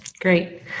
Great